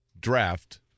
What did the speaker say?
draft